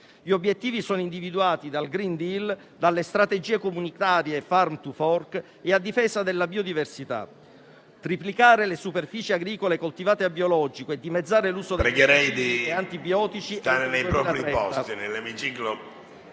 Gli obiettivi sono individuati dal *green deal*, dalle strategie comunitarie *farm to fork* e a difesa della biodiversità: triplicare le superfici agricole coltivate a biologico e dimezzare l'uso di pesticidi e antibiotici